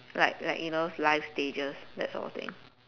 like like you know those life stages that sort of thing